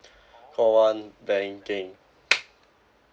call one banking